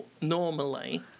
normally